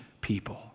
people